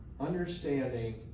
understanding